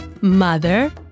mother